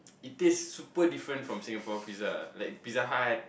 is this super difference from Singapore pizza like Pizza Hut